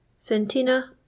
centina